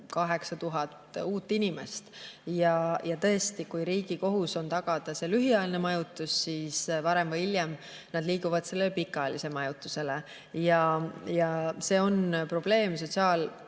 000 uut inimest. Tõesti, kui riigi kohus on tagada see lühiajaline majutus, siis varem või hiljem nad liiguvad sellele pikaajalisele majutusele ja see on probleem.